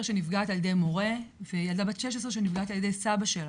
שנפגעת על ידי מורה וילדה בת 16 שנפגעת על ידי סבא שלה.